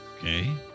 Okay